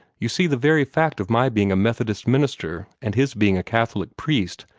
you see, the very fact of my being a methodist minister, and his being a catholic priest,